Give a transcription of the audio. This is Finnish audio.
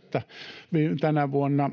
16.9. tänä vuonna